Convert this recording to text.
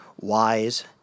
wise